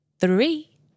three